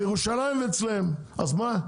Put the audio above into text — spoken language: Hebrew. וירושלים אצלם, אז מה?